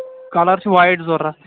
colour چھُ white ضروٗرت